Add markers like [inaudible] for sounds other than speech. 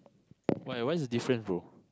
[noise] why what's the difference bro